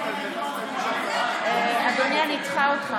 אדוני היושב-ראש,